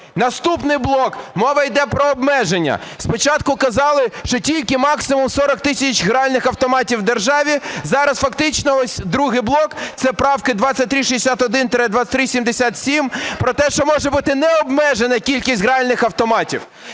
Наступний блок. Мова іде про обмеження. Спочатку казали, що тільки максимум 40 тисяч гральних автоматів в державі. Зараз фактично ось другий блок, це правки 2361-2377 про те, що може бути необмежена кількість гральних автоматів.